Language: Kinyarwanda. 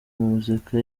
muzika